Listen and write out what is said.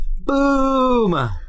Boom